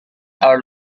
are